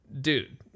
dude